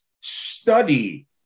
Study